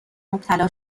مبتلا